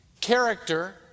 Character